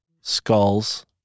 skulls